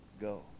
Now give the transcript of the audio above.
go